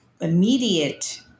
immediate